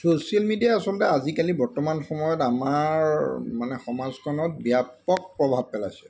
social মিডিয়াই আচলতে আজিকালি বৰ্তমান সময়ত আমাৰ মানে সমাজখনত ব্যাপক প্ৰভাৱ পেলাইছে